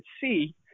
see